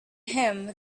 him